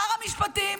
שר המשפטים